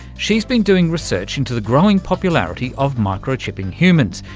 she's been doing research into the growing popularity of micro-chipping humans,